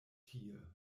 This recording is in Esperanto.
tie